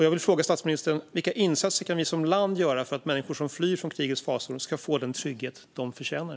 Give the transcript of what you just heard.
Jag vill fråga statsministern: Vilka insatser kan vi som land göra för att människor som flyr från krigets fasor ska få den trygghet de förtjänar?